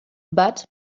but